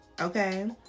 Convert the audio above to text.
Okay